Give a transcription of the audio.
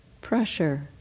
Pressure